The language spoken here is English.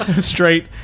straight